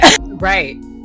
Right